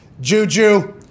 Juju